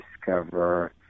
discover